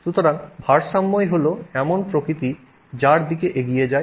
সুতরাং ভারসাম্যই হল এমন প্রকৃতি যার দিকে এগিয়ে যায়